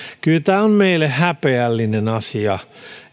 kyllä tämä on meille häpeällinen asia